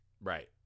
Right